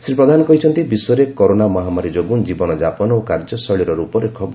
ଶ୍ରୀ ପ୍ରଧାନ କହିଛନ୍ତି ବିଶ୍ୱରେ କରୋନା ମହାମାରୀ ଯୋଗୁଁ ଜୀବନଯାପନ ଓ କାର୍ଯ୍ୟଶୈଳୀର ରୂପରେଖ ବଦଳିଛି